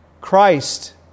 Christ